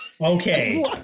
Okay